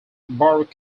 borough